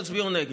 תצביעו נגד.